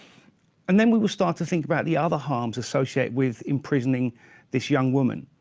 and then we will start to think about the other harms associated with imprisoning this young woman.